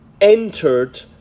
entered